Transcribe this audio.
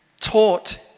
taught